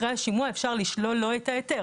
אחרי השימוע, אפשר לשלול לו את ההיתר.